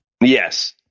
Yes